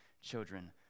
children